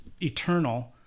eternal